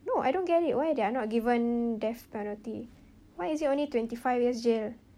no I don't get it why they are not given death penalty why is it only twenty five years jail